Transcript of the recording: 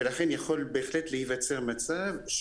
ובנוסף - זה מתקשר להארכת התמורה פה בישראל